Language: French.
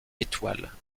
étoile